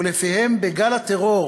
ולפיהם בגל הטרור